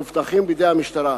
מאובטחים בידי המשטרה.